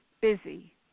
busy